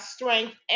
Strength